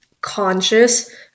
conscious